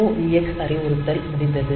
MOVX அறிவுறுத்தல் முடிந்தது